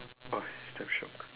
oh it's damn shiok